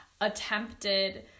attempted